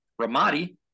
Ramadi